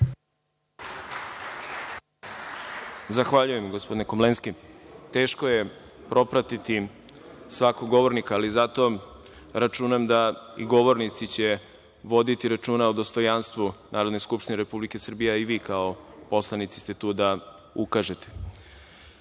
Zahvaljujem gospodine Komlenski. Teško je propratiti svakog govornika, ali zato računam da će i govornici voditi računa o dostojanstvu Narodne skupštine Republike Srbije, a i vi kao poslanici ste tu da ukažete. Reč